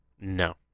No